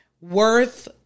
worth